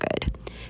good